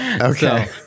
okay